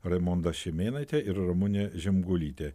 raimondos šimėnaitė ir ramunė žemgulytė